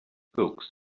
books